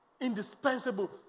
indispensable